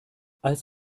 als